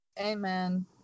amen